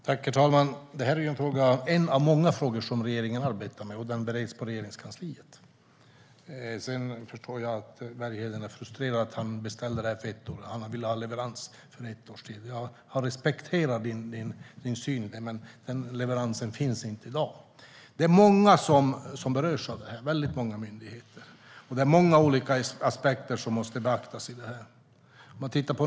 Herr talman! Det här är en av många frågor som regeringen arbetar med. Den bereds på Regeringskansliet. Jag förstår att Bergheden är frustrerad. Han beställde det här för ett år sedan och ville ha leverans inom ett års tid. Jag respekterar din syn, Sten Bergheden. Men leveransen kan inte ske i dag. Det är väldigt många myndigheter som berörs av det här, och det är många olika aspekter som måste beaktas.